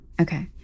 okay